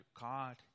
God